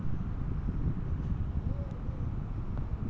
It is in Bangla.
আমার একাউন্টে আমি ছাড়া অন্য কেউ টাকা ঢোকাতে পারবে কি?